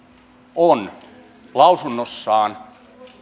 on lausunnossaan